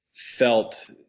felt